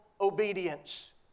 obedience